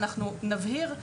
אנחנו נבהיר,